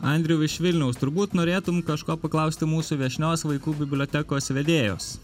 andriau iš vilniaus turbūt norėtum kažko paklausti mūsų viešnios vaikų bibliotekos vedėjos